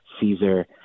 Caesar